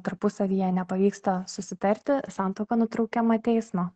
tarpusavyje nepavyksta susitarti santuoka nutraukiama teismo